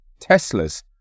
Teslas